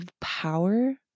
power